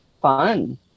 fun